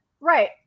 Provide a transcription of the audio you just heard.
Right